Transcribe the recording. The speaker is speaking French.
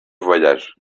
voyage